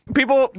people